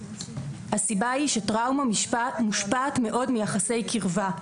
הסיבה היא שטראומה מושפעת מאוד מיחסי קרבה.